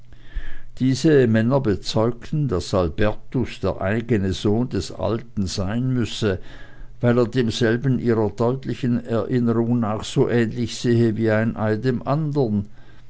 diese männer bezeugten daß albertus der eigene sohn des alten sein müsse weil er demselben ihrer deutlichen erinnerung nach so ähnlich sehe wie ein ei dem andern